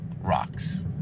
rocks